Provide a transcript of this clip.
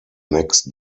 next